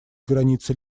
границы